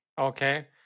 Okay